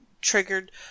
triggered